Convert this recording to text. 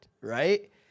right